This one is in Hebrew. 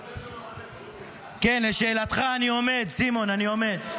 כן, לשאלתך, סימון, אני עומד.